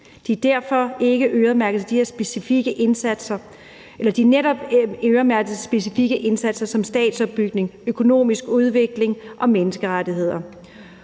er således øremærket til specifikke indsatser som statsopbygning, økonomisk udvikling og menneskerettigheder.«